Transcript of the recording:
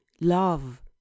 love